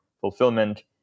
fulfillment